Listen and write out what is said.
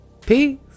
Peace